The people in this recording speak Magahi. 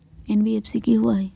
एन.बी.एफ.सी कि होअ हई?